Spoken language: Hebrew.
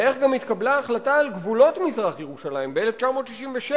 וגם איך התקבלה ההחלטה על גבולות מזרח-ירושלים ב-1967.